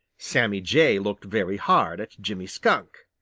sammy jay looked very hard at jimmy skunk.